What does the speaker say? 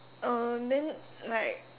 uh then like